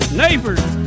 neighbors